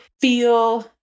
feel